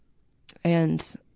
and